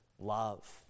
love